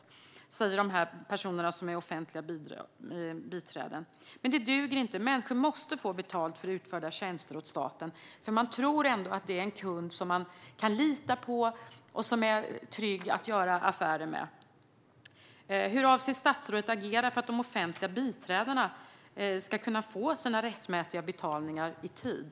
Det säger de här personerna som är offentliga biträden. Det duger inte. Människor måste få betalt för utförda tjänster åt staten. Man tror ändå att det är en kund som man kan lita på och som det är tryggt att göra affärer med. Hur avser statsrådet att agera för att de offentliga biträdena ska kunna få sina rättmätiga betalningar i tid?